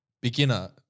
beginner